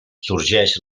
sorgeix